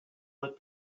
that